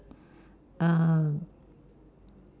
uh